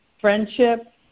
friendship